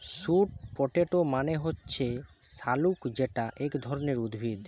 sweet potato মানে হচ্ছে শাকালু যেটা এক ধরণের উদ্ভিদ